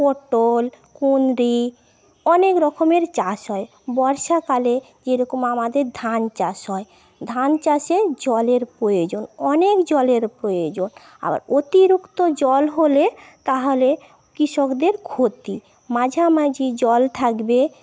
পটল কুমরি অনেক রকমের চাষ হয় বর্ষাকালে যেরকম আমাদের ধান চাষ হয় ধান চাষে জলের প্রয়োজন অনেক জলের প্রয়োজন আবার অতিরিক্ত জল হলে তাহলে কৃষকদের ক্ষতি মাঝামাঝি জল থাকবে